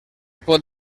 pot